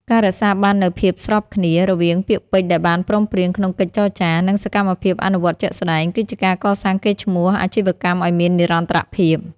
ការរក្សាបាននូវ "ភាពស្របគ្នា" រវាងពាក្យពេចន៍ដែលបានព្រមព្រៀងក្នុងកិច្ចចរចា និងសកម្មភាពអនុវត្តជាក់ស្ដែង គឺជាការកសាងកេរ្តិ៍ឈ្មោះអាជីវកម្មឱ្យមាននិរន្តរភាព។